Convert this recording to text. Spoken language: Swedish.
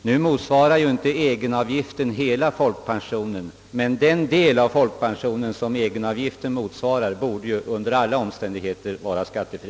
Nu motsvarar ju inte egenavgiften hela folkpensionen, men den del av folkpensionen som egenavgiften motsvarar borde under alla omständigheter vara skattefri.